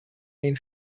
این